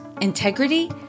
integrity